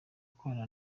gukorana